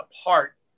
apart